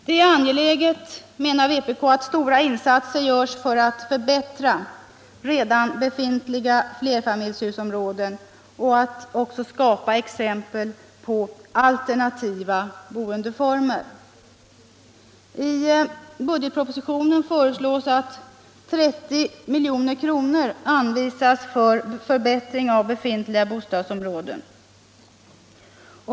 Det är angeläget att stora insatser görs för att förbättra redan befintliga flerfamiljshusområden och för att skapa exempel på alternativa boendeformer. I budgetpropositionen föreslås att 30 milj.kr. anvisas för förbättring av befintliga bostadsområden.